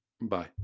Bye